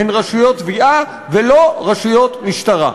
זה רשויות תביעה ולא רשויות משטרה.